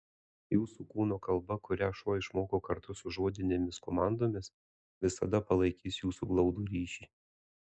jūsų kūno kalba kurią šuo išmoko kartu su žodinėmis komandomis visada palaikys jūsų glaudų ryšį